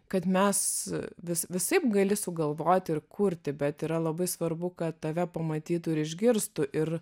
kad mes vis visaip gali sugalvoti ir kurti bet yra labai svarbu kad tave pamatytų ir išgirstų ir